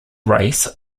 race